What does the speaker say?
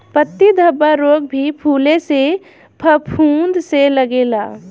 पत्ती धब्बा रोग भी फुले में फफूंद से लागेला